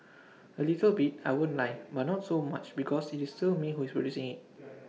A little bit I won't lie but not so much because IT is still me who is producing IT